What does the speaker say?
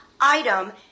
item